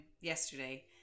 yesterday